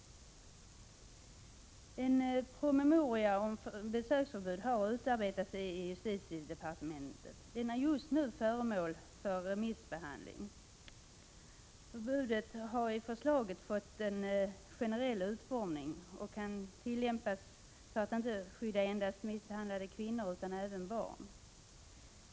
En promemoria om besöksförbud har utarbetats inom justitiedepartementet. Den är nu föremål för remissbehandling. Besöksförbudet har i förslaget fått en generell utformning och kan tillämpas för att skydda inte endast misshandlade kvinnor utan även barn.